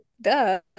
Duh